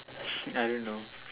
I don't know